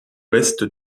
ouest